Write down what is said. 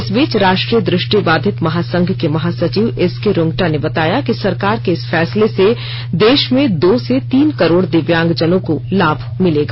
इस बीच राष्ट्रीय दृष्टिबाधित महासंघ के महासचिव एस के रुंगटा ने बताया कि सरकार के इस फैसले से देश में दो से े तीन करोड़ दिव्यांगजनों को लाभ मिलेगा